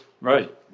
right